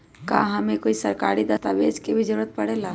का हमे कोई सरकारी दस्तावेज के भी जरूरत परे ला?